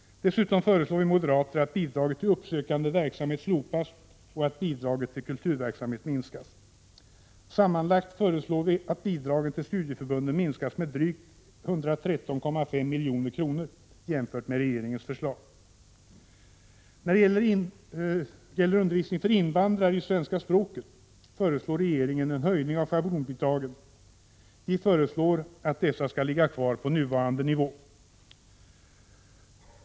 Dessutom föreslår vi moderater att bidraget till uppsökande verksamhet slopas och att bidraget till kulturverksamhet minskas. Sammanlagt föreslår vi att bidragen till studieförbunden minskas med drygt 113,5 milj.kr. jämfört med regeringens förslag. När det gäller undervisning för invandrare i svenska språket föreslår regeringen en höjning av schablonbidragen. Vi föreslår att dessa skall ligga kvar på nuvarande nivå.